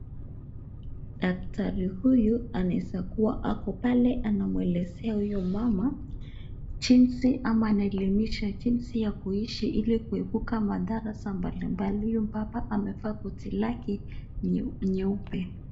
Daktari huyu anaeza kuwa ako pale anamwelezea huyu mama jinsi ama anaeleimisha jinsi ya kuishi ili kuepuka madhara za mbalimbali. Huyu mbaba amevaa koti lake nyeupe.